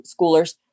schoolers